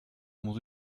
muss